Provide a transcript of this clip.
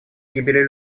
гибели